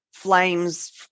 flames